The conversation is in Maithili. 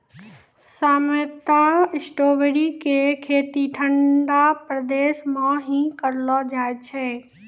सामान्यतया स्ट्राबेरी के खेती ठंडा प्रदेश मॅ ही करलो जाय छै